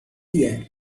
year